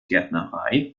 gärtnerei